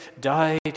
died